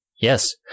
Yes